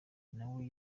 nawe